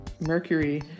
Mercury